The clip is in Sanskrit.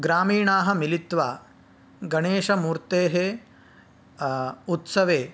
ग्रामीणाः मिलित्वा गणेशमूर्तेः उत्सवे